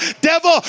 Devil